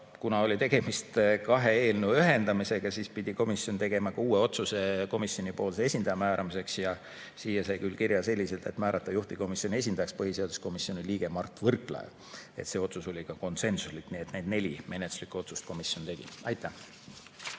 Kuna oli tegemist kahe eelnõu ühendamisega, pidi komisjon tegema uue otsuse komisjoni esindaja määramiseks. Sinna sai küll kirja selliselt, et määrata juhtivkomisjoni esindajaks põhiseaduskomisjoni liige Mart Võrklaev. See otsus oli konsensuslik. Nii et need neli menetluslikku otsust komisjon tegi. Aitäh!